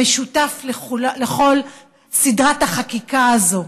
המשותף לכל סדרת החקיקה הזאת,